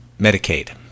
Medicaid